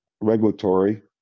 regulatory